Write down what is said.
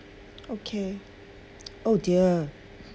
okay oh dear